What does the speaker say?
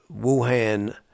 Wuhan